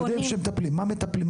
יודעים שמטפלים, מה מטפלים?